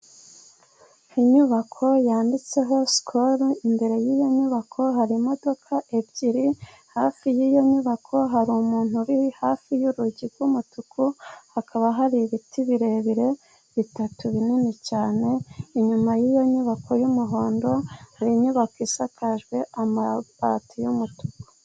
Inyubako yanditseho sikoro, imbere y'iyo nyubako hari imodoka ebyiri , hafi y'iyo nyubako hari umuntu uri hafi y'urugi rw'umutuku , hakaba hari ibiti birebire , bitatu , binini cyane , inyuma yiyo nyubako y'umuhondo hari inyubako isakajwe amabati y 'umutuku.